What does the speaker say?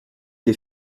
des